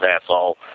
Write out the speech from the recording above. asshole